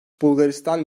bulgaristan